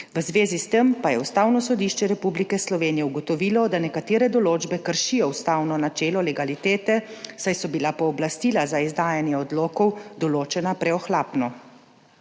v zvezi s tem pa je Ustavno sodišče Republike Slovenije ugotovilo, da nekatere določbe kršijo ustavno načelo legalitete, saj so bila pooblastila za izdajanje odlokov določena preohlapno.